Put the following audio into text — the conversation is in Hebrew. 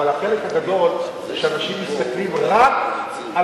אבל החלק הגדול זה שאנשים מסתכלים רק על,